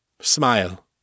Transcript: Smile